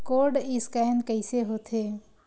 Code scan कइसे होथे?